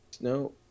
no